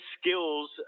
skills